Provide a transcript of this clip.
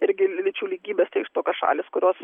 irgi lyčių lygybės tai jos tokios šalys kurios